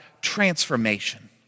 transformation